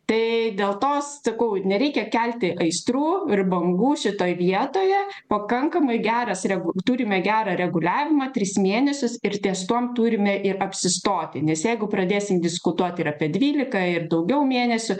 tai dėl to sakau nereikia kelti aistrų ir bangų šitoj vietoje pakankamai geras regu turime gerą reguliavimą tris mėnesius ir ties tuom turime ir apsistoti nes jeigu pradėsim diskutuoti ir apie dvyliką ir daugiau mėnesių